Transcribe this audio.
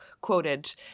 quoted